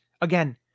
Again